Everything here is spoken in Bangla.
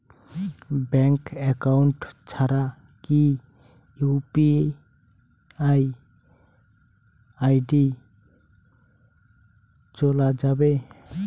ব্যাংক একাউন্ট ছাড়া কি ইউ.পি.আই আই.ডি চোলা যাবে?